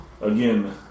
Again